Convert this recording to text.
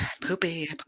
Poopy